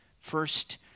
First